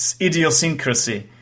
Idiosyncrasy